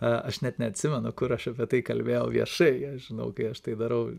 aš net neatsimenu kur aš apie tai kalbėjau viešai aš žinau kai aš tai darau